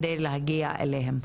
כדי להגיע אליהם.